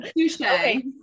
okay